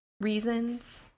reasons